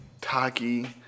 Taki